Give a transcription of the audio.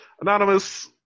Anonymous